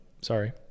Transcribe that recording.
Sorry